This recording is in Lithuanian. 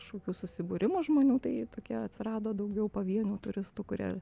kažkokių susibūrimų žmonių tai tokia atsirado daugiau pavienių turistų kurie